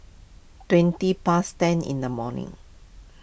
twenty past ten in the morning